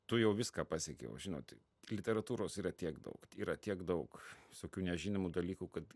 tu jau viską pasiekei žinot literatūros yra tiek daug yra tiek daug visokių nežinomų dalykų kad